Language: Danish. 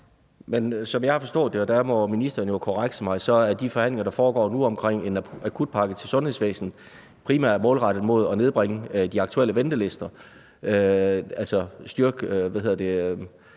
Men som jeg har forstået det – og der må ministeren jo korrekse mig – er de forhandlinger, der foregår nu omkring en akutpakke til sundhedsvæsenet, primært målrettet mod at nedbringe de aktuelle ventelister, altså styrke